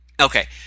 Okay